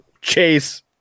chase